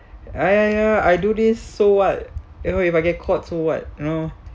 ah ya ya ya I do this so what if what if I get caughts so what you know